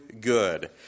good